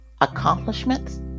accomplishments